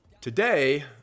today